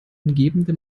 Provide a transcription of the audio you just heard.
umgebende